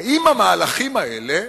האם המהלכים האלה,